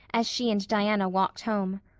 as she and diana walked home.